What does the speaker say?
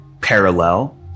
parallel